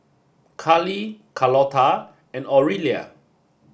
Carley Charlotta and Aurelia